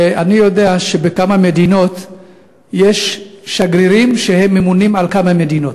אני יודע שבכמה מדינות יש שגרירים שממונים על כמה מדינות,